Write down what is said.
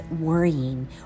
worrying